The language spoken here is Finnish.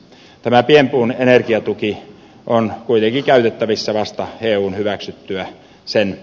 tämä pienpuun energiatuki on kuitenkin käytettävissä vasta eun hyväksyttyä sen